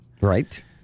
right